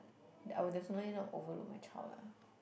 that I'll definitely not overlook my child lah